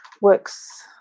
works